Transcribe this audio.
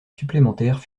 supplémentaires